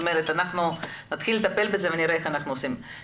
אנחנו נתחיל לטפל בזה ונראה איך אנחנו עושים את זה.